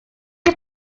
est